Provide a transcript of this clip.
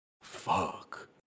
fuck